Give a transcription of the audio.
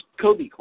Kobe